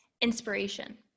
inspiration